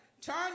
Turn